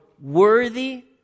worthy